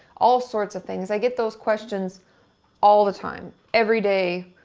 all sorts of things i get those questions all the time, everyday,